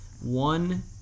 one